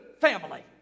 family